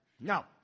Now